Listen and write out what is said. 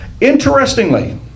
Interestingly